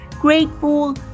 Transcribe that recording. grateful